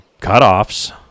cutoffs